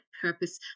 purpose